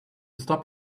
stop